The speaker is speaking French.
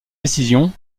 décision